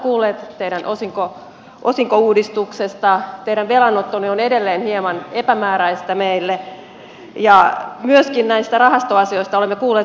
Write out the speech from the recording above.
olemme kuulleet teidän osinkouudistuksestanne teidän velanottonne on edelleen hieman epämääräistä meille ja myöskin näistä rahastoasioista olemme kuulleet hyvin paljon